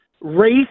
race